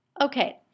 Okay